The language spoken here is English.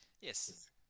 Yes